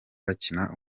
bakina